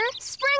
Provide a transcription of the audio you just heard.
Spring